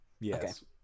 Yes